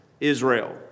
Israel